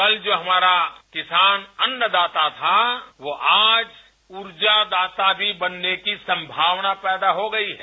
कल जो हमारा किसान अन्नदाता था वो आज ऊर्जादाता भी बनने की संभावना पैदा हो गई है